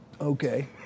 Okay